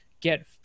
get